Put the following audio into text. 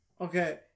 Okay